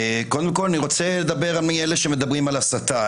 קודם כול, אני רוצה לדבר על אלה שמדברים על הסתה.